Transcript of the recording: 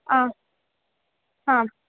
हा हा